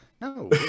no